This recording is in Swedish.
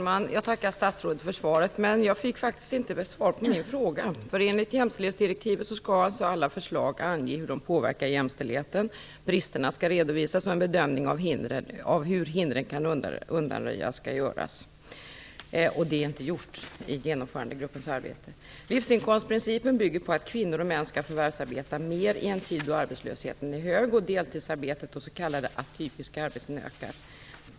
Herr talman! Jag tackar statsrådet för svaret, men jag fick faktiskt inte något svar på min fråga. Enligt jämställdhetsdirektivet skall alla förslag ange hur de påverkar jämställdheten. Bristerna skall redovisas och en bedömning av hur hindren kan undanröjas skall göras. Det är inte gjort i Genomförandegruppens arbete. Livsinkomstprincipen bygger på att kvinnor och män skall förvärvsarbeta mer i en tid då arbetslösheten är hög och deltidsarbete och s.k. atypiska arbeten ökar.